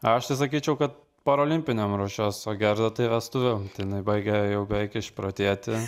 aš tai sakyčiau kad parolimpinėm ruošiuos o gerda tai vestuvėm tai jinai baigia jau beveik išprotėti